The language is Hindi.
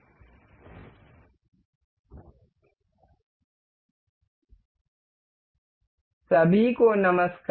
असेंबली ड्राइंग सभी को नमस्कार